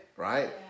Right